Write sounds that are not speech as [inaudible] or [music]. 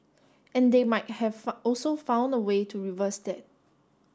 and they might have [unintelligible] also found a way to reverse that